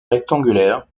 rectangulaire